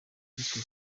cyiswe